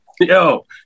Yo